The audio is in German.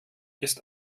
ist